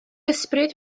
ysbryd